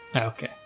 Okay